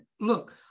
Look